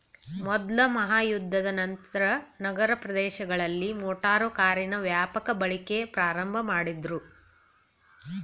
ಮೊದ್ಲ ಮಹಾಯುದ್ಧದ ನಂತ್ರ ನಗರ ಪ್ರದೇಶಗಳಲ್ಲಿ ಮೋಟಾರು ಕಾರಿನ ವ್ಯಾಪಕ ಬಳಕೆ ಪ್ರಾರಂಭಮಾಡುದ್ರು